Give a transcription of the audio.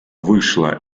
вышла